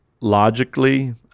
logically